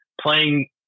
playing